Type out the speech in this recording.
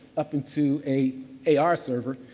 up into a a ar server.